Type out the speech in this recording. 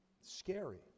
scary